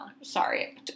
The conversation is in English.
Sorry